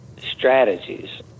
strategies